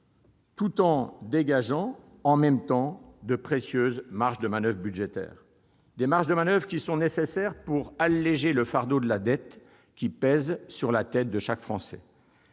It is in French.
tout en dégageant de précieuses marges de manoeuvre budgétaires. Ces marges de manoeuvre sont nécessaires pour alléger le fardeau de la dette pesant sur la tête de chaque Français.